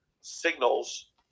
signals